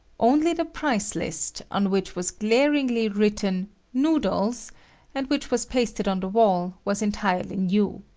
only the price-list, on which was glaringly written noodles and which was pasted on the wall, was entirely new.